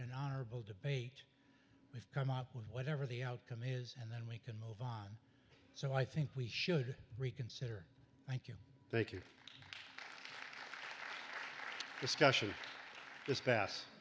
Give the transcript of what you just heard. and honorable debate we've come up with whatever the outcome is and then we can move on so i think we should reconsider thank you thank you discussion th